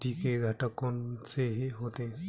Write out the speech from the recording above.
मिट्टी के घटक कौन से होते हैं?